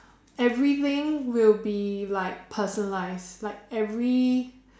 everything will be like personalised like every